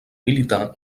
militar